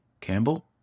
Campbell